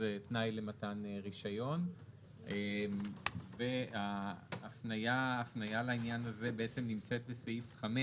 כתנאי למתן רישיון וההפניה לעניין הזה בעצם נמצאת בסעיף 5,